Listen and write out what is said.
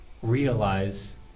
Realize